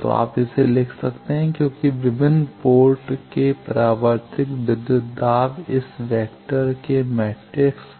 तो आप इसे लिख सकते हैं क्योंकि विभिन्न पोर्ट के परावर्तित विद्युत दाब इस वेक्टर के मैट्रिक्स